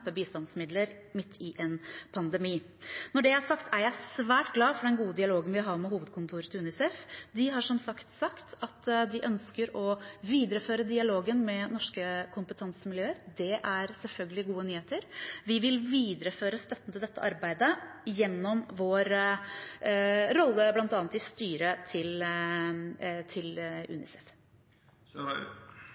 bistandsmidler midt i en pandemi. Når det er sagt, er jeg svært glad for den gode dialogen vi har med hovedkontoret til UNICEF. De har, som sagt, sagt at de ønsker å videreføre dialogen med norske kompetansemiljøer. Det er selvfølgelig gode nyheter. Vi vil videreføre støtten til dette arbeidet gjennom vår rolle bl.a. i styret til